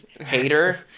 hater